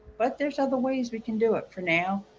but there's other ways we can do it for now.